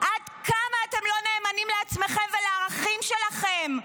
עד כמה אתם לא נאמנים לעצמכם ולערכים שלכם?